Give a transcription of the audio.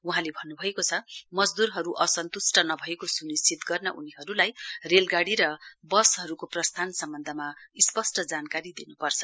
वहाँले भन्नुभएको छ मजदुरहरू असन्तुस्त नभएको सुनिश्चित गर्न उनीहरूलाई रेलगाड़ी र बसहरूको प्रस्थान सम्बन्धमा स्पष्ट जानकारी दिनुपर्छ